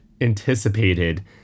anticipated